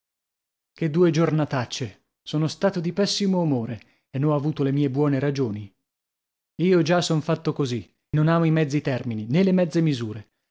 che due giornatacce sono stato di pessimo umore e n'ho avuto le mie buone ragioni io già son fatto così non amo i mezzi termini nè le mezze misure